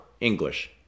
English